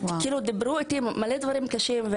סיפרו לי מלא דברים קשים.